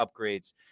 upgrades